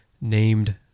named